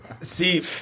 See